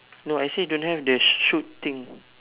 no I say don't have the shoot thing